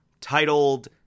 titled